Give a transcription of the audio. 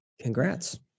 Congrats